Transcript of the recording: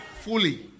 Fully